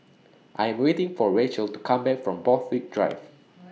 I Am waiting For Racheal to Come Back from Borthwick Drive